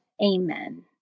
Amen